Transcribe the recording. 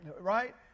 right